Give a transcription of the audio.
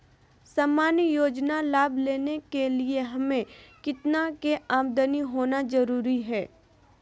सामान्य योजना लाभ लेने के लिए हमें कितना के आमदनी होना जरूरी है?